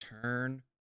turn